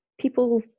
people